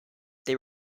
they